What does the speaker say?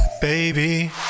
baby